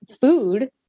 food